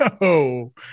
no